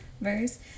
verse